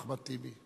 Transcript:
אחמד טיבי.